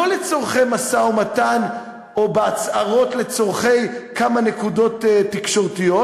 לא לצורכי משא-ומתן או בהצהרות לצורכי כמה נקודות תקשורתיות